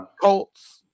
Colts